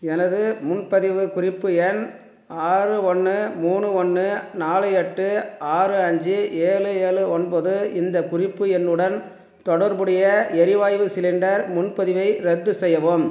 எனது முன்பதிவு குறிப்பு எண் ஆறு ஒன்று மூணு ஒன்று நாலு எட்டு ஆறு அஞ்சு ஏழு ஏழு ஒன்பது இந்தக் குறிப்பு எண்ணுடன் தொடர்புடைய எரிவாயு சிலிண்டர் முன்பதிவை ரத்து செய்யவும்